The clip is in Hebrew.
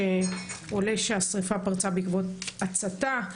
שעולה שהשריפה פרצה בעקבות הצתה,